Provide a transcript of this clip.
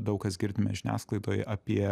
daug kas girdime žiniasklaidoj apie